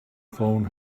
phone